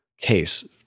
case